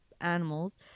animals